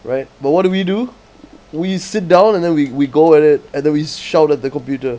right but what do we do we sit down and then we we go at it and then we shout at the computer